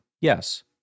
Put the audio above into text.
Yes